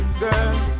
girl